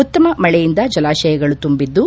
ಉತ್ತಮ ಮಳೆಯಿಂದ ಜಲಾಶಯಗಳು ತುಂಬಿದ್ದು